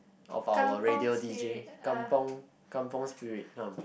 of our radio d_j Kampung Kampung spirit come